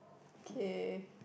okay